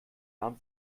nahm